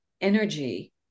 energy